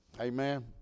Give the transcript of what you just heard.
Amen